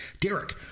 Derek